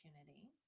opportunity